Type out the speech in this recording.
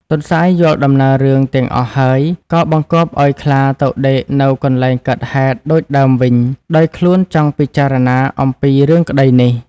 ទន្សាយយល់ដំណើររឿងទាំងអស់ហើយ ក៏បង្គាប់ឱ្យខ្លាទៅដេកនៅកន្លែងកើតហេតុដូចដើមវិញ ដោយខ្លួនចង់ពិចារណាអំពីរឿងក្តីនេះ។